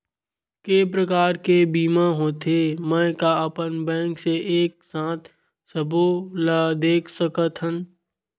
के प्रकार के बीमा होथे मै का अपन बैंक से एक साथ सबो ला देख सकथन?